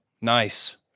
Nice